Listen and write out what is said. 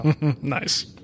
Nice